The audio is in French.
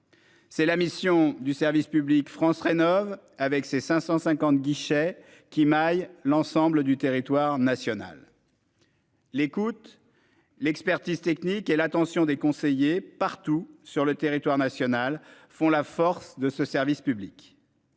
C'est la mission du service public France rénovent avec ses 550 guichets qui maille l'ensemble du territoire national. L'écoute. L'expertise technique et l'attention des conseillers partout sur le territoire national font la force de ce service public.